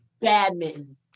badminton